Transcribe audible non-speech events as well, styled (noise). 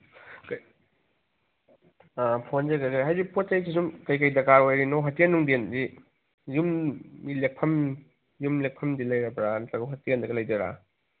ꯑꯥ (unintelligible) ꯀꯔꯤ ꯀꯔꯤ ꯍꯥꯏꯗꯤ ꯄꯣꯠ ꯆꯩꯁꯦ ꯁꯨꯝ ꯀꯩꯀꯩ ꯗꯔꯀꯥꯔ ꯑꯣꯏꯔꯤꯅꯣ ꯍꯣꯇꯦꯜ ꯅꯨꯡꯗꯦꯟꯗꯤ ꯌꯨꯝ ꯃꯤ ꯂꯦꯛꯐꯝ ꯌꯨꯝ ꯂꯦꯛꯐꯝꯗꯤ ꯂꯩꯔꯕ꯭ꯔꯥ ꯅꯠꯇ꯭ꯔꯒꯅ ꯍꯣꯇꯦꯜꯗꯒ ꯂꯩꯗꯣꯏꯔꯥ